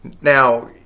Now